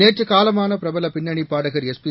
நேற்று காலமான பிரபல பின்னணிப் பாடகர் எஸ்பி